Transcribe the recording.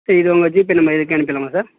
சரி இது உங்கள் ஜிபே நம்பர் இதுக்கே அனுப்பிடலாமா சார்